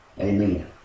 Amen